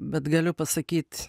bet galiu pasakyt